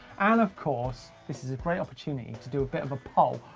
and of course this is a great opportunity to do a bit of a poll.